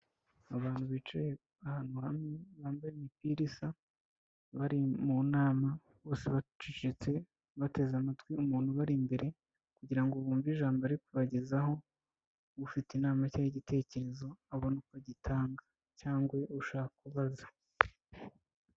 Abantu bicaye ahantu hamwe, bambaye imipira isa, bari mu nama bose bacecetse, bateze amatwi umuntu ubari imbere kugira ngo bumve ijambo ri kubagezaho, ufite inama cyangwa igitekerezo, abona uko agitanga cyangwa ushaka kubaza.